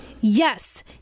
Yes